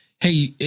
Hey